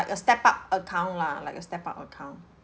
like a step up account lah like a step up account